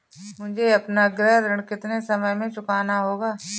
मुझे अपना गृह ऋण कितने समय में चुकाना होगा?